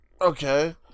Okay